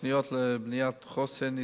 תוכניות לבניית חוסן,